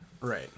right